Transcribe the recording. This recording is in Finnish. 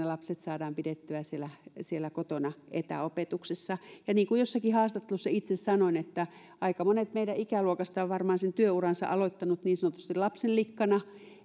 lapset saadaan pidettyä siellä siellä kotona etäopetuksessa ja niin kuin jossakin haastattelussa itse sanoin aika monet meidän ikäluokastamme ovat varmaan sen työuransa aloittaneet niin sanotusti lapsenlikkana niin